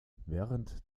während